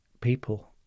people